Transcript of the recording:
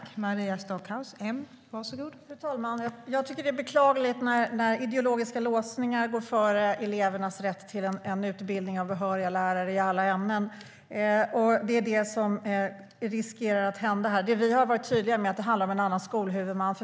Fru talman! Jag tycker att det är beklagligt när ideologiska låsningar går före elevernas rätt till en utbildning av behöriga lärare i alla ämnen. Det är vad som riskerar att hända här. Vi har varit tydliga med att det handlar om en annan skolhuvudman.